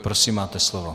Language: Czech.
Prosím, máte slovo.